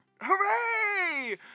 Hooray